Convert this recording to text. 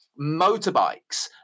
motorbikes